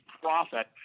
profit